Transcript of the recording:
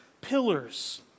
pillars